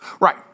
Right